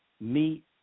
meet